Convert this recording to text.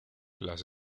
las